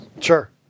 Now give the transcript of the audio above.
Sure